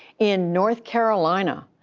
in north carolina,